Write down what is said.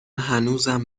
هنوزم